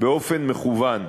באופן מכוון.